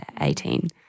18